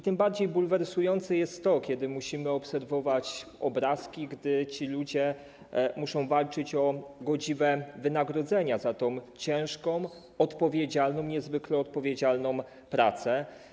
Tym bardziej bulwersujące jest to, że musimy obserwować obrazki, gdy ci ludzie muszą walczyć o godziwe wynagrodzenia za tę ciężką, odpowiedzialną, niezwykle odpowiedzialną pracę.